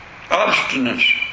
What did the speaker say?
obstinance